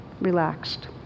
relaxed